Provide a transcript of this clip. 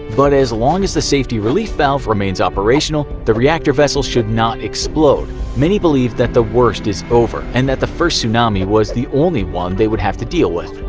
but as long as the safety relief valve remains operational the reactor vessel should not explode. many believe that the worst is over, and that the first tsunami was the only one they would have to deal with.